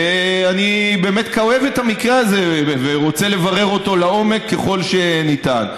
ואני באמת כואב את המקרה הזה ורוצה לברר אותו לעומק ככל שניתן.